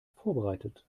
vorbereitet